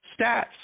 stats